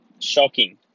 shocking